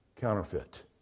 counterfeit